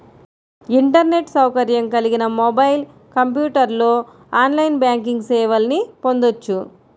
internet సౌకర్యం కలిగిన mobile, కంప్యూటర్లో ఆన్లైన్ బ్యాంకింగ్ సేవల్ని పొందొచ్చు